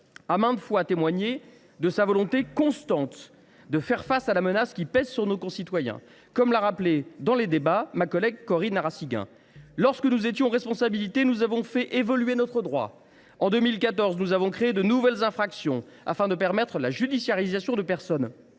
a maintes fois témoigné de sa volonté constante de faire face à la menace qui pèse sur nos concitoyens, comme l’a rappelé ma collègue Corinne Narassiguin, au cours des débats. Lorsque nous étions aux responsabilités, nous avons fait évoluer le droit. Ainsi, en 2014, nous avons créé de nouvelles infractions, afin de permettre la judiciarisation de personnes